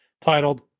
titled